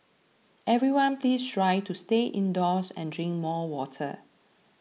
everyone please try to stay indoors and drink more water